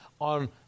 on